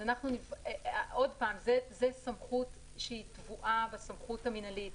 שוב זאת סמכות שטבועה בסמכות המנהלית.